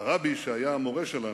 הרבי שהיה המורה שלנו",